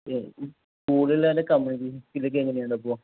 സ്കൂളിൽ അവൻ്റെ കമ്മ്യൂണിറ്റി സ്കില്ലൊക്കെ എങ്ങനെ ഉണ്ട് അപ്പോൾ